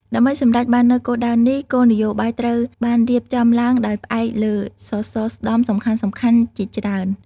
ដើម្បីសម្រេចបាននូវគោលដៅនេះ គោលនយោបាយត្រូវបានរៀបចំឡើងដោយផ្អែកលើសសរស្តម្ភសំខាន់ៗជាច្រើន។